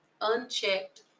unchecked